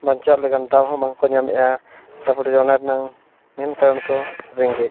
ᱵᱟᱧᱪᱟᱣ ᱞᱟᱜᱟᱱ ᱫᱟᱣ ᱦᱚᱸ ᱵᱟᱝ ᱠᱚ ᱧᱟᱢᱮᱜᱼᱟ ᱚᱱᱟ ᱨᱮᱭᱟᱜ ᱢᱮᱱ ᱠᱟᱨᱚᱱ ᱫᱚ ᱨᱮᱸᱜᱮᱡ